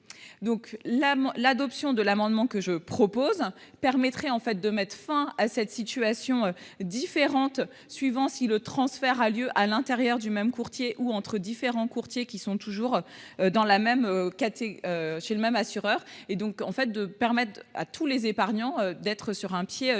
Donc là l'adoption de l'amendement que je propose permettrait en fait de mettre fin à cette situation différente. Suivant si le transfert a lieu à l'intérieur du même courtier ou entre différents courtiers qui sont toujours dans la même. Chez le même assureur et donc en fait de permettre à tous les épargnants, d'être sur un pied